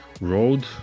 road